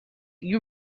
you